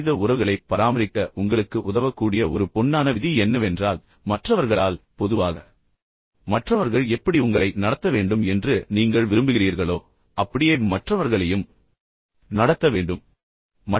நல்ல மனித உறவுகளைப் பராமரிக்க உங்களுக்கு உதவக்கூடிய ஒரு பொன்னான விதி என்னவென்றால் மற்றவர்களால் பொதுவாக மற்றவர்கள் எப்படி உங்களை நடத்த வேண்டும் என்று நீங்கள் விரும்புகிறீர்களோ அப்படியே மற்றவர்களையும் நடத்த வேண்டும் என்பதை எப்போதும் நினைவில் கொள்ள வேண்டும்